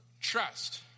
Trust